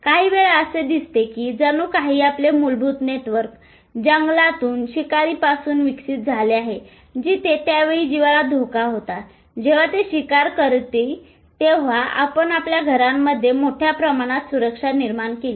काहीवेळा असे दिसते की जणू काही आपले मूलभूत नेटवर्क जंगलातून शिकारीपासून विकसित झाले आहे जिथे त्या वेळी जीवाला धोका होता जेव्हा ते शिकारी होते तेव्हा आपण आपल्या घरांमध्ये मोठ्या प्रमाणात सुरक्षा निर्माण केली आहे